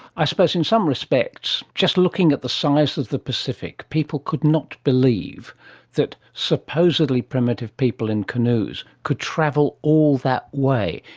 i suppose in some respects, just looking at the size of the pacific, people could not believe that supposedly primitive people in canoes could travel all that way.